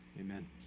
Amen